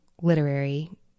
literary